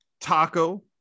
Taco